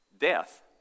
Death